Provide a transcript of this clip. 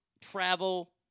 travel